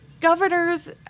governors